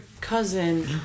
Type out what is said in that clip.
cousin